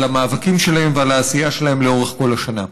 על המאבקים שלהם ועל העשייה שלהם לאורך כל השנה.